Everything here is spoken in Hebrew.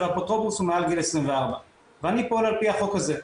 ואפוטרופוס הוא מעל גיל 24 ואני פועל על פי החוק הזה.